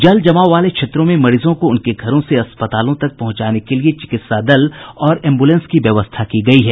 जलजमाव वाले क्षेत्रों में मरीजों को उनके घरों से अस्पतालों तक पहुंचाने के लिए चिकित्सा दल और एम्बुलेंस की व्यवस्था की गयी है